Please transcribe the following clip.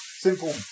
Simple